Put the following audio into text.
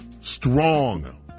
strong